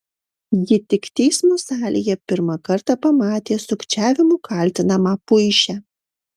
ji tik teismo salėje pirmą kartą pamatė sukčiavimu kaltinamą puišę